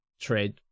trade